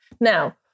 Now